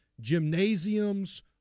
gymnasiums